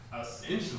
Essentially